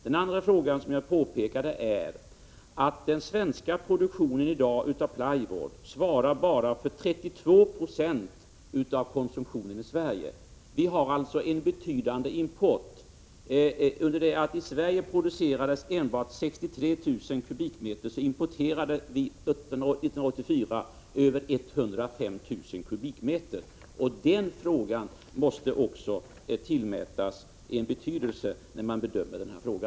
Den andra frågan som jag pekat på är att den svenska produktionen av plywood i dag bara svarar för 32 Zo av konsumtionen i Sverige — vi har alltså en betydande import. 1984 producerades det enbart 63 000 kubikmeter i Sverige, medan vi importerade över 105 000 kubikmeter. Detta förhållande måste också tillmätas betydelse när man bedömer denna fråga.